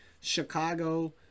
Chicago